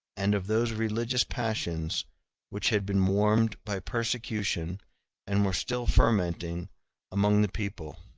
and of those religious passions which had been warmed by persecution and were still fermenting among the people,